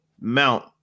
Mount